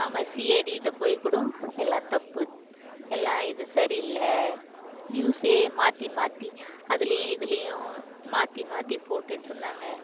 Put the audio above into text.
ஆமா C I டிட்டே போய் கூட எல்லாம் தப்பு எல்லாம் இது சரியில்லை நியூஸை மாற்றி மாற்றி அதுலேயும் இதுலேயும் மாற்றி மாற்றி போட்டுட்டுருந்தாங்க